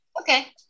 Okay